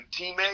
teammate